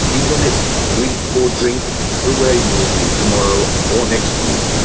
even if you eat or drink, to where you will be tomorrow or next week,